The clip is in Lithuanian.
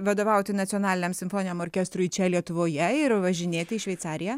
vadovauti nacionaliniam simfoniniam orkestrui čia lietuvoje ir važinėti į šveicariją